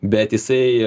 bet jisai